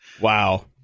Wow